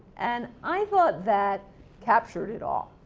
and, i thought that captured it all.